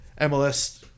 MLS